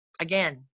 again